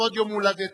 לכבוד יום הולדתו,